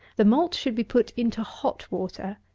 the malt should be put into hot water,